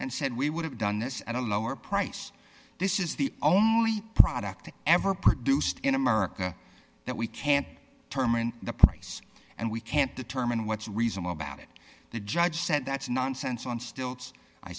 and said we would have done this at a lower price this is the only product ever produced in america that we can't turman the price and we can't determine what's reasonable about it the judge said that's nonsense on stilts i